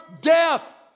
death